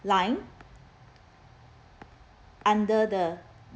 line under the